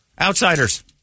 outsiders